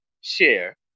share